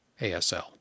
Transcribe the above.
ASL